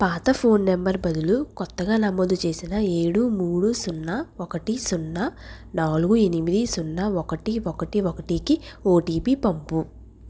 పాత phone number బదులు కొత్తగా నమోదు చేసిన ఏడు మూడు సున్నా ఒకటి సున్నా నాలుగు ఎనిమిది సున్నా ఒకటి ఒకటి ఒకటికి ఓటిపి పంపు